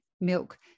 milk